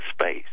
space